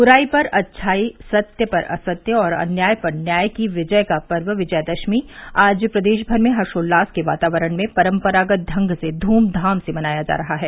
ब्राई पर अच्छाई असत्य पर सत्य और अन्याय पर न्याय की विजय का पर्व विजयादशमी आज प्रदेश भर में हर्षोल्लास के वातावरण में परम्परागत ढंग से ध्रमधाम से मनाया जा रहा है